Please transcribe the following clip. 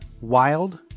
wild